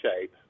shape